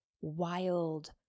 wild